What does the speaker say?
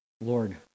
Lord